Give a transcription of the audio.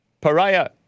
Pariah